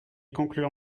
conclure